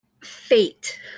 fate